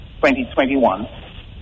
2021